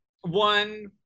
one